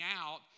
out